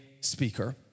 speaker